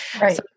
Right